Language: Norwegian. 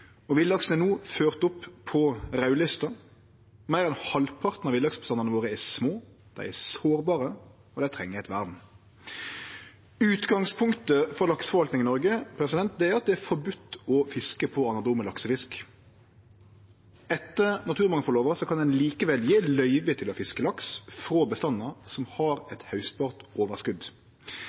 åra. Villaksen er no ført opp på raudlista. Meir enn halvparten av villaksbestandane våre er små, dei er sårbare, og dei treng eit vern. Utgangspunktet for lakseforvaltinga i Noreg er at det er forbode å fiske på anadrome laksefisk. Etter naturmangfaldlova kan ein likevel gje løyve til å fiske laks frå bestandar som har eit haustbart